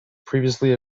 previously